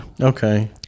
Okay